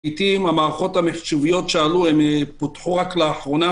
לעיתים יש גם תקלות במערכות המחשב שפותחו רק עכשיו.